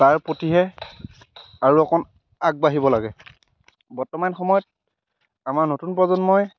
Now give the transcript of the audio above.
তাৰ প্ৰতিহে আৰু অকণ আগবাঢ়িব লাগে বৰ্তমান সময়ত আমাৰ নতুন প্ৰজন্মই